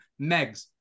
Megs